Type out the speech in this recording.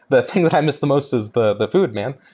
the thing that i miss the most is the the food, man.